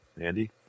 Andy